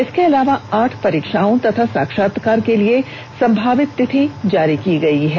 इसके अलावा आठ परीक्षाओं तथा साक्षात्कार के लिए संभावित तिथि जारी की गयी है